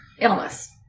illness